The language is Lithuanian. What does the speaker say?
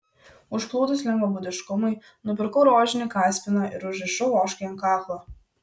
užplūdus lengvabūdiškumui nupirkau rožinį kaspiną ir užrišau ožkai ant kaklo